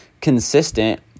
consistent